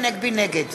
נגד